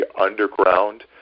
underground